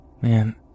Man